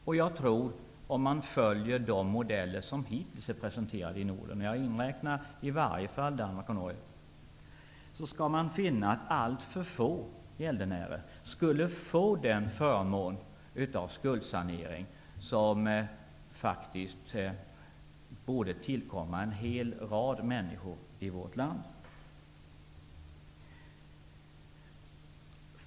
Om man följer de modeller som hittills är presenterade i Norden, framför allt i Danmark och Norge, skall man finna att alltför få gäldenärer skulle få den förmån av skuldsanering som borde tillkomma en hel rad människor i vårt land.